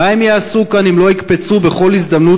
מה הם יעשו כאן אם לא יקפצו בכל הזדמנות